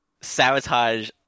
sabotage